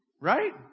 right